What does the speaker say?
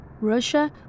Russia